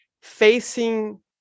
facing